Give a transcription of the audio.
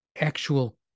actual